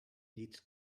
needs